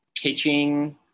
pitching